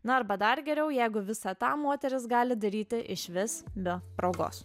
na arba dar geriau jeigu visą tą moterys gali daryti išvis be progos